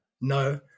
No